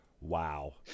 Wow